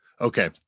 Okay